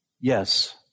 Yes